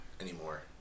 anymore